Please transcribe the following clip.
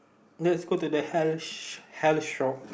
let's go to the hair sh~ hair shop